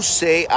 say